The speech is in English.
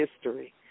history